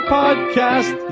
podcast